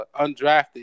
undrafted